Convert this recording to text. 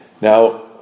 Now